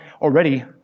already